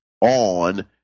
on